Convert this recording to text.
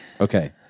Okay